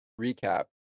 recap